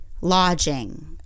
lodging